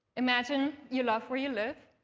imagine you love where you live,